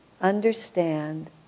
understand